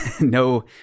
No